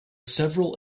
several